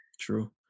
True